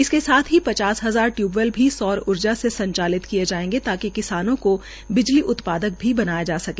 इसके साथ ही पचास हजार टय्बवैल भी सौर ऊर्जा से संचालित किए जायेंगे ताकि किसानों को बिजली उत्पादक भी बनाया जा सके